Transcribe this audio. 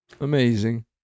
Amazing